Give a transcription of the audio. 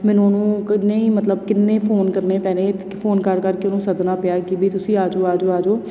ਮੈਨੂੰ ਉਹਨੂੰ ਕਿੰਨੇ ਹੀ ਮਤਲਬ ਕਿੰਨੇ ਫ਼ੋਨ ਕਰਨੇ ਪੈਣੇ ਕ ਫ਼ੋਨ ਕਰ ਕਰਕੇ ਉਹਨੂੰ ਸੱਦਣਾ ਪਿਆ ਕਿ ਵੀ ਤੁਸੀਂ ਆ ਜਾਉ ਆ ਜਾਉ ਆ ਜਾਉ